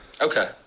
okay